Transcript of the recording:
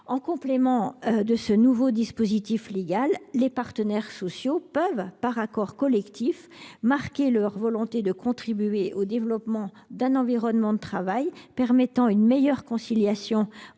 En complément de ce nouveau dispositif légal, les partenaires sociaux peuvent, par accord collectif, marquer leur volonté de contribuer au développement d'un environnement de travail permettant une meilleure conciliation entre vie professionnelle et vie